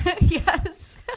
Yes